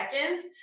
seconds